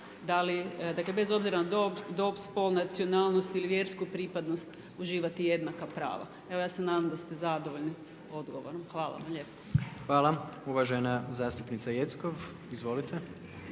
da li, dakle bez obzira na dob, spol, nacionalnost ili vjersku pripadnost uživati jednaka prava. Evo ja se nadam da ste zadovoljni odgovorom. Hvala vam lijepa. **Jandroković, Gordan (HDZ)** Hvala uvažena zastupnica Jeckov, izvolite.